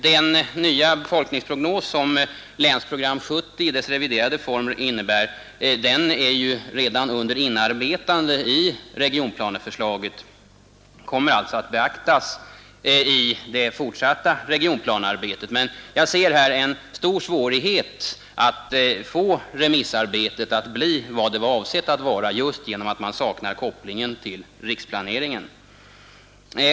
Den nya befolkningsprognos som Länsprogram 70 i dess reviderade form innebär är ju redan under inarbetande i regionplaneförslaget och kommer alltså att beaktas i det fortsatta regionplanearbetet. Men jag ser en stor svårighet att få remissarbetet att bli vad det var avsett att vara just genom att man saknar kopplingen till riksplaneringen.